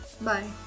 Bye